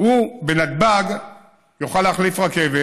בנתב"ג הוא יוכל להחליף רכבת.